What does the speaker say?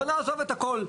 בואו נעזור את הכל,